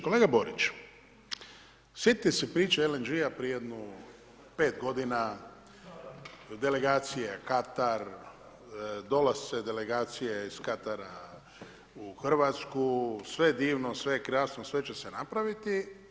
Kolega Borić, sjetite se priče Lng-a prije jedno 5 godina delegacije Katar, dolaske delegacije iz Katara u Hrvatsku sve divno, sve krasno, sve će se napraviti.